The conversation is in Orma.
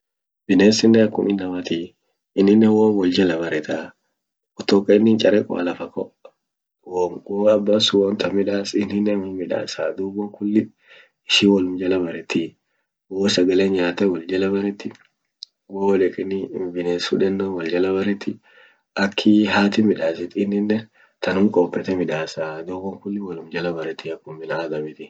Binesinen akum inamatii ininen wom wol jala baretaa kutoka inin charekoa lafa ko wom wo aba sun wontan midas ininen onum midasaa. duub won kulli ishin wolum jala baretii wo sagale nyate wol jala baretii wo deqeni bines fudenu wol jala bareti akii hatin midasit ininen tanum qopete midasaa. duub won kulli wolum jala baretii akum binaadamiti.